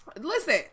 Listen